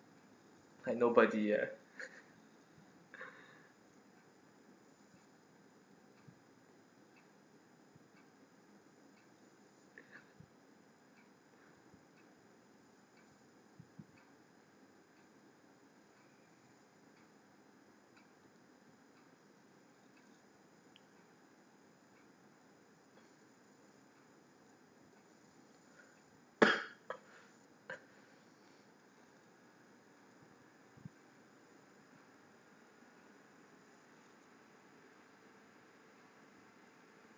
like nobody